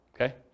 Okay